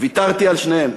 ויתרתי על שניהם.